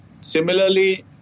Similarly